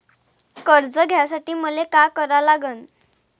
कर्ज घ्यासाठी मले का करा लागन?